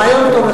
רעיון טוב,